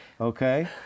Okay